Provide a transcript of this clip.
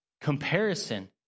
comparison